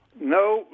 No